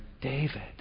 David